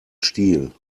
stiel